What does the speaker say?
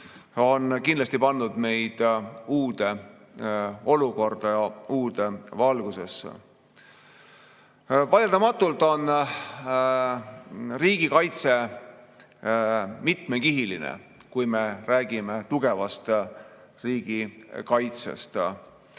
on kindlasti pannud meid uude olukorda, uude valgusesse. Vaieldamatult on riigikaitse mitmekihiline, kui me räägime tugevast riigikaitsest.